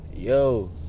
Yo